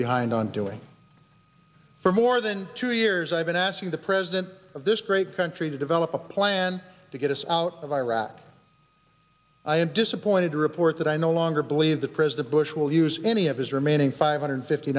behind on doing for more than two years i've been asking the president of this great country to develop a plan to get us out of iraq i am disappointed to report that i no longer believe that president bush will use any of his remaining five hundred fifty